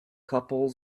couple